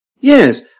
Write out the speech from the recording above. Yes